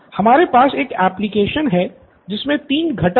student Nithin हमारे पास एक एप्लिकेशन हैं जिसमे तीन घटक हैं